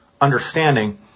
understanding